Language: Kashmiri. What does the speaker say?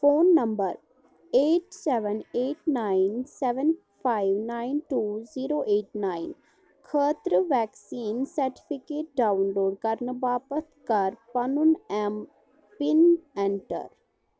phone number eight seven eight nine seven five nine two zero eight nine خٲطرٕ ویکسیٖن سرٹِفیکیٹ ڈاون لوڈ کرنہٕ باپتھ کر پَنُن ایم پِن ایٚنٹر